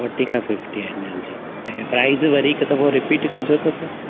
forty खा fifty ML एल जी ऐं प्राइज़ वरी हिक दफ़ो रिपीट कजो त सर